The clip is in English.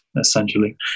essentially